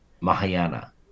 Mahayana